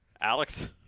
Alex